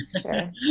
sure